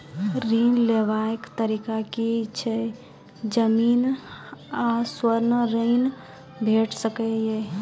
ऋण लेवाक तरीका की ऐछि? जमीन आ स्वर्ण ऋण भेट सकै ये?